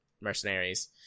mercenaries